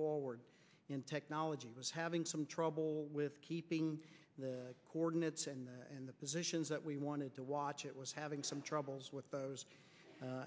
forward in technology was having some trouble with keeping the coordinates and the positions that we wanted to watch it was having some troubles with those